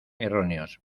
erróneos